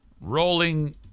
Rolling